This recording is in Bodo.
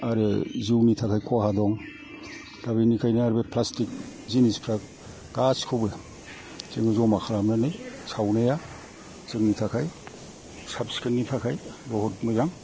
आरो जोंनि थाखाय खहा दं दा बिनिखायनो आरो बे प्लास्टिक जिनिसफ्रा गासिखौबो जों जमा खालामनानै सावनाया जोंनि थाखाय साब सिखोननि थाखाय बहुद मोजां